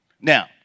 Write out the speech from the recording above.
Now